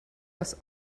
was